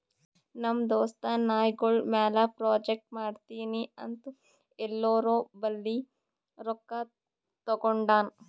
ನಮ್ ದೋಸ್ತ ನಾಯ್ಗೊಳ್ ಮ್ಯಾಲ ಪ್ರಾಜೆಕ್ಟ್ ಮಾಡ್ತೀನಿ ಅಂತ್ ಎಲ್ಲೋರ್ ಬಲ್ಲಿ ರೊಕ್ಕಾ ತಗೊಂಡಾನ್